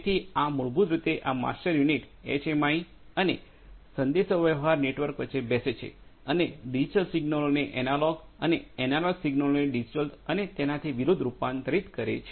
તેથી આ મૂળભૂત રીતે આ માસ્ટર યુનિટ એચએમઆઈ અને સંદેશાવ્યવહારકમ્યુનિકેશન નેટવર્ક વચ્ચે બેસે છે અને ડિજિટલ સિગ્નલોને એનાલોગ અને એનાલોગ સિગ્નલોને ડિજિટલ અને તેનાથી વિરુદ્ધ રૂપાંતરિત કરે છે